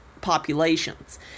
populations